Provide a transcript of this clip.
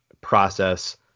process